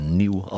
nieuw